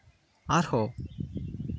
ᱟᱨᱦᱚᱸ